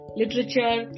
literature